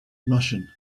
russian